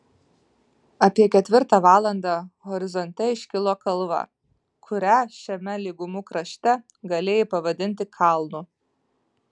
apie ketvirtą valandą horizonte iškilo kalva kurią šiame lygumų krašte galėjai pavadinti kalnu